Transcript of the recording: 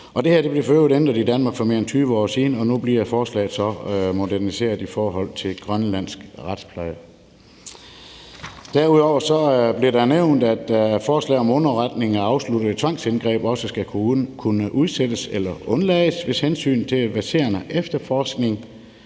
her blev for øvrigt ændret i Danmark for mere end 20 år siden, og nu bliver forslaget så moderniseret i forhold til grønlandsk retspleje. Derudover bliver det nævnt i forslaget, at underretning af afsluttede tvangsindgreb også skal kunne udsættes eller undlades, hvis hensynet til verserende efterforskning